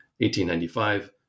1895